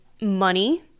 money